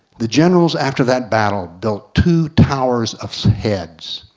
the generals after that battle built two towers of heads.